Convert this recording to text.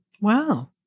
Wow